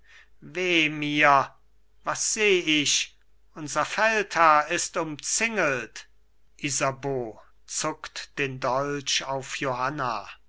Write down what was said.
mir was seh ich unser feldherr ist umzingelt isabeau zuckt den dolch auf johanna